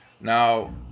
Now